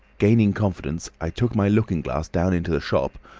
gathering confidence, i took my looking-glass down into the shop,